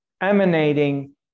emanating